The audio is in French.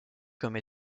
comme